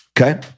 Okay